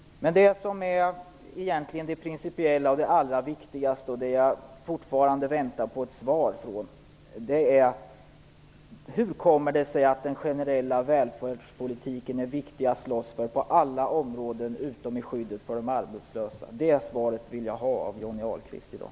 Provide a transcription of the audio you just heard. Den fråga som egentligen är allra viktigast principiellt och som jag fortfarande väntar på ett svar på är följande: Hur kommer det sig att den generella välfärdspolitiken är viktig att slåss för på alla områden utom vad gäller skyddet för de arbetslösa? Det svaret vill jag ha av Johnny Ahlqvist i dag.